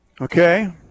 Okay